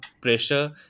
pressure